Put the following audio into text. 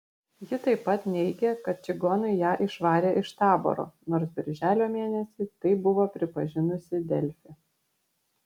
ji taip pat neigė kad čigonai ją išvarė iš taboro nors birželio mėnesį tai buvo pripažinusi delfi